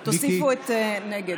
תוסיפו, נגד.